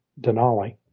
denali